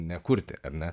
nekurti ar ne